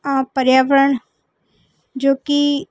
पर्यावरण जो कि